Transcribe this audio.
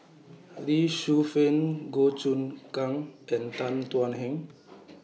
Lee Shu Fen Goh Choon Kang and Tan Thuan Heng